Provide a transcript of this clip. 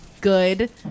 good